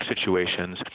situations